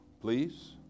please